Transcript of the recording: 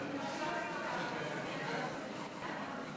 רגיל.